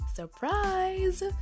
surprise